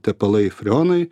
tepalai freonai